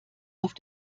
auf